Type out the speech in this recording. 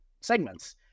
segments